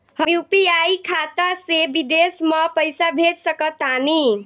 हम यू.पी.आई खाता से विदेश म पइसा भेज सक तानि?